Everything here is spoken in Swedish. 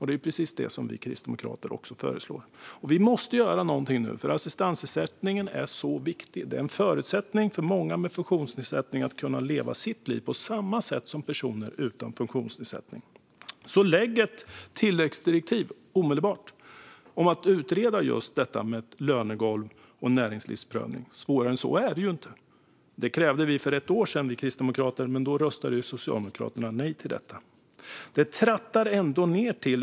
Det är precis det som också vi kristdemokrater föreslår. Vi måste göra någonting nu, för assistansersättningen är så viktig. Den är en förutsättning för många med funktionsnedsättning att leva sitt liv på samma sätt som personer utan funktionsnedsättning. Lägg ett tilläggsdirektiv omedelbart om att utreda just detta med ett lönegolv och en näringsprövning! Svårare än så är det inte. Det krävde vi kristdemokrater för ett år sedan, men då röstade ju Socialdemokraterna nej till detta.